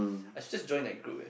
I just joined that group leh